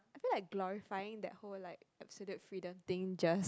I feel like glorifying that whole like absolute freedom thing just